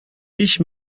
ich